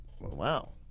wow